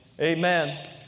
amen